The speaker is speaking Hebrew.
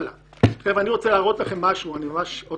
אני רוצה להראות לכם משהו מאוד